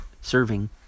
serving